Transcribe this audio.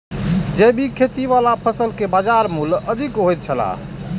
जैविक खेती वाला फसल के बाजार मूल्य अधिक होयत छला